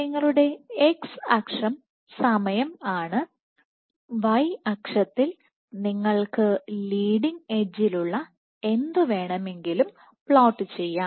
നിങ്ങളുടെ x അക്ഷം സമയം ആണ് y അക്ഷത്തിൽ നിങ്ങൾക്ക് ലീഡിങ് എഡ്ജിലുള്ള എന്തു വേണമെങ്കിലും പ്ലോട്ട് ചെയ്യാം